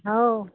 हो